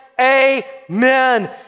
amen